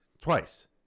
Twice